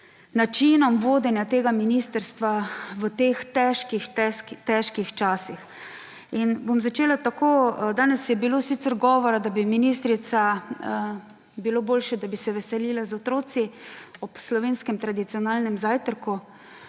načinom vodenja tega ministrstva v teh težkih težkih časih. Bom začela tako. Danes je bilo sicer govora, da bi bilo boljše, da bi se ministrica veselila z otroci ob slovenskem tradicionalnem zajtrku,